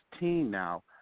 now